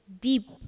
deep